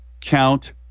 count